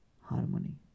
harmony